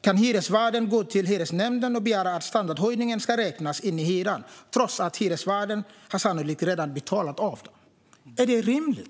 kan hyresvärden "gå till hyresnämnden och begära att standardhöjningen ska räknas in i hyran - trots att hyresgästen sannolikt redan har betalat av". Är det rimligt?